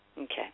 Okay